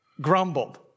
grumbled